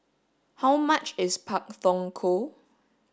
how much is Pak Thong Ko